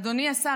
אדוני השר,